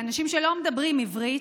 מאנשים שלא מדברים עברית,